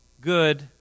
good